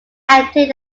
emptying